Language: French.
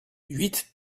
huit